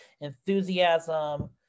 enthusiasm